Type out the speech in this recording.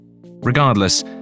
regardless